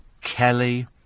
Kelly